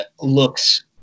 looks